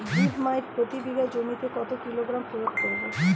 Zip মাইট প্রতি বিঘা জমিতে কত কিলোগ্রাম প্রয়োগ করব?